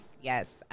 yes